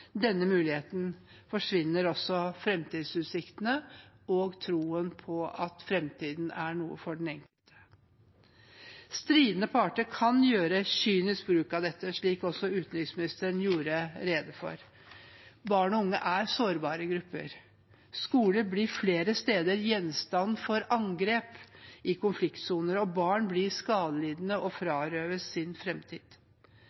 denne muligheten, forsvinner fremtidsutsiktene og troen på at fremtiden er noe for den enkelte. Stridende parter kan gjøre seg kynisk bruk av dette, slik også utenriksministeren gjorde rede for. Barn og unge er sårbare grupper. Skoler blir flere steder gjenstand for angrep i konfliktsoner, og barn blir skadelidende og